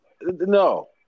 no